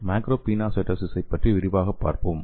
மேக்ரோபினோசைட்டோசிஸை பற்றி விரிவாகப் பார்ப்போம்